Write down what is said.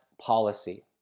policy